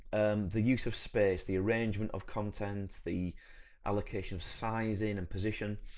and the use of space, the arrangement of content, the allocation of sizing and position,